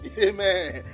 Amen